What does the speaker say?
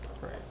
Right